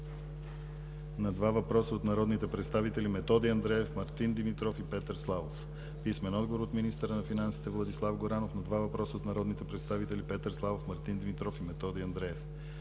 на два въпроса от народните представители Методи Андреев, Мартин Димитров и Петър Славов; - писмен отговор от министъра на финансите Владислав Горанов на два въпроса от народните представители Петър Славов, Мартин Димитров и Методи Андреев;